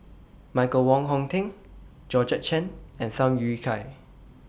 Michael Wong Hong Teng Georgette Chen and Tham Yui Kai